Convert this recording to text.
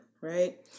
right